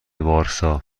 وارسا